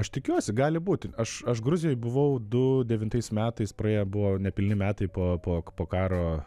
aš tikiuosi gali būti aš aš gruzijoj buvau du devintais metais praėję buvo nepilni metai po po po karo